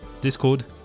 Discord